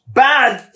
bad